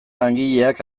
langileak